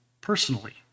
personally